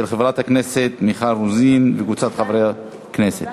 של חברת הכנסת מיכל רוזין וקבוצת חברי הכנסת.